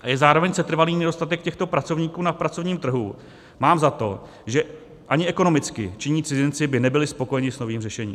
a je zároveň setrvalý nedostatek těchto pracovníků na pracovním trhu, mám za to, že ani ekonomicky činní cizinci by nebyli spokojeni s novým řešením.